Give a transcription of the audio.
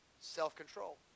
Self-control